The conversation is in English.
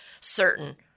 certain